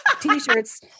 t-shirts